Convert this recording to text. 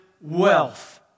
wealth